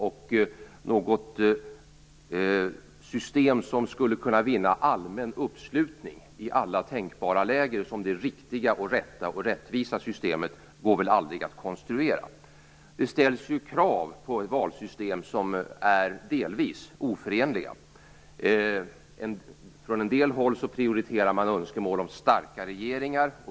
Det går väl aldrig att konstruera ett system som kan vinna allmän uppslutning i alla tänkbara läger som det riktiga, rätta och rättvisa. Det ställs ju krav på valsystem som är delvis oförenliga. På en del håll prioriteras önskemål om starka regeringar.